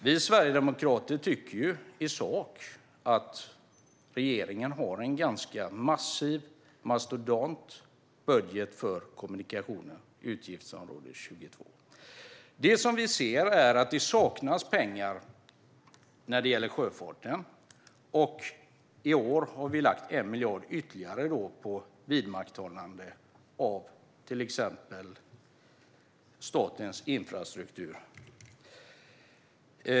Vi sverigedemokrater tycker i sak att regeringen har en massiv och mastodontisk budget för utgiftsområde 22 Kommunikationer. Vi ser att det saknas pengar när det gäller sjöfarten. I år har vi till exempel lagt 1 miljard ytterligare till Vidmakthållande av statens transportinfrastruktur .